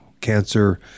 cancer